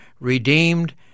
redeemed